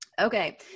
Okay